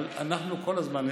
אבל אנחנו כל הזמן,